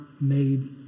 made